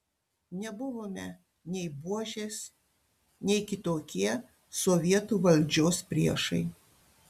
nebuvome nei buožės nei kitokie sovietų valdžios priešai